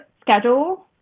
schedule